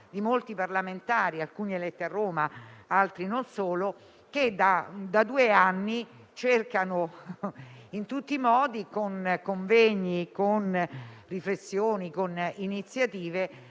di molti parlamentari, alcuni dei quali eletti a Roma ma non solo, che da due anni cercano in tutti i modi, con convegni, riflessioni e iniziative,